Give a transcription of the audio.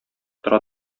тора